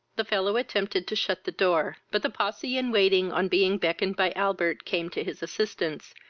the fellow attempted to shut the door, but the posse in waiting, on being beckened by albert, came to his assistance,